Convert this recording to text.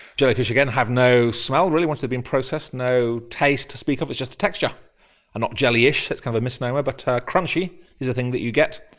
jellyfish, again, have no smell really once they've been processed, no taste to speak of, it's just a texture, and not jelly-ish, that's kind of a misnomer, but crunchy is a thing that you get,